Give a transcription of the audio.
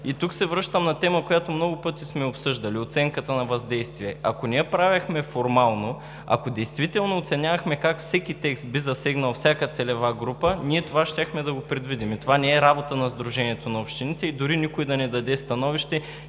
Тук се връщам на тема, която много пъти сме обсъждали – оценката на въздействие. Ако не я правехме формално, ако действително оценявахме как всеки текст би засегнал всяка целева група, ние това щяхме да го предвидим. Това не е работа на Сдружението на общините и дори никой да не даде Становище,